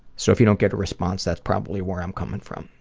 so, if you don't get a response, that's probably where i'm coming from.